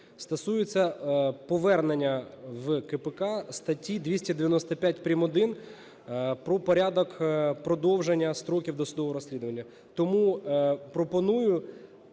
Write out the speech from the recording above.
стосуються повернення в КПК статті 295 прим.1 про порядок продовження строків досудового розслідування. Тому пропоную,